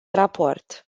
raport